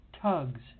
tugs